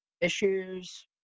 issues